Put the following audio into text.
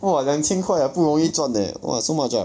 !wah! 两千块 ah 不容易赚 leh !wah! so much ah